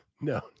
no